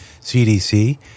CDC